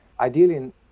ideally